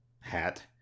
Hat